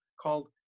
called